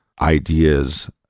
ideas